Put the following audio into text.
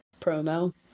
promo